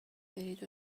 برید